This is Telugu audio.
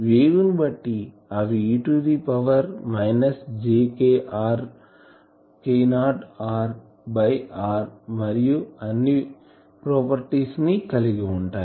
వేవ్ ని బట్టి అవి e to the power minus j k r k0r by r మరియు అన్ని ప్రాపర్టీస్ ని కలిగి ఉంటాయి